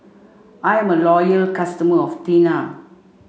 I am a loyal customer of Tena